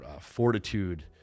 fortitude